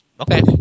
okay